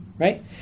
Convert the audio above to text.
right